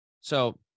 So-